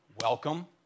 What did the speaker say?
welcome